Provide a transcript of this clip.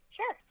Sure